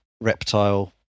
reptile